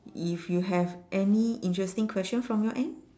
if you have any interesting question from your end